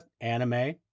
anime